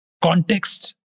context